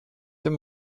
dem